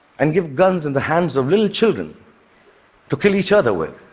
and give guns in the hands of little children to kill each other with,